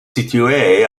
située